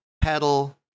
pedal